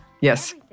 Yes